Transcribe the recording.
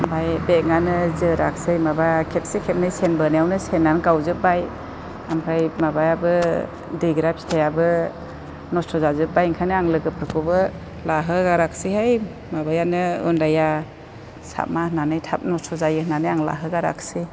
ओमफाय बेगानो जोराखिसै माबा खेबसे खेबनै सेन बोनायावनो सेनानो गावजोबबाय ओमफ्राय माबायाबो दैग्रा फिथायाबो नस्थ' जाजोबबाय ओंखायनो आं लोगोफोरखौबो लाहोगाराखिसैहाय माबायानो अनलाइना साबमा होननानै थाब नस्थ' जायो होननानै लाहोगाराखिसै